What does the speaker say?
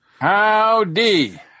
Howdy